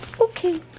Okay